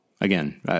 again